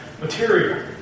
Material